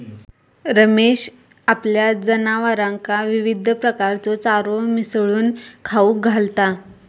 रमेश आपल्या जनावरांका विविध प्रकारचो चारो मिसळून खाऊक घालता